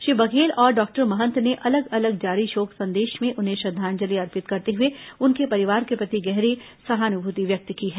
श्री बघेल और डॉक्टर महंत ने अलग अलग जारी शोक संदेश में उन्हें श्रद्वाजंलि अर्पित करते हुए उनके परिवार के प्रति गहरी सहानुभूति व्यक्त की है